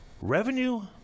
revenue